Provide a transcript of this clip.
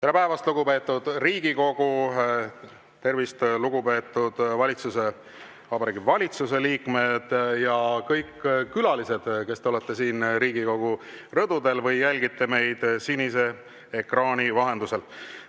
Tere päevast, lugupeetud Riigikogu! Tervist, lugupeetud Vabariigi Valitsuse liikmed ja kõik külalised, kes te olete siin Riigikogu rõdudel või jälgite meid sinise ekraani vahendusel!